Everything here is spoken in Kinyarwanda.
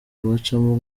bacamo